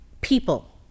people